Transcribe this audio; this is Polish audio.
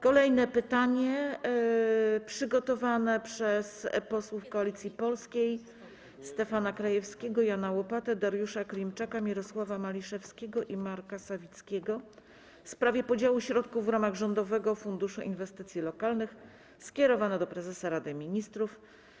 Kolejne pytanie przygotowane przez posłów Koalicji Polskiej Stefana Krajewskiego, Jana Łopatę, Dariusza Klimczaka, Mirosława Maliszewskiego i Marka Sawickiego w sprawie podziału środków w ramach Rządowego Funduszu Inwestycji Lokalnych skierowane jest do prezesa Rady Ministrów.